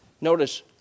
Notice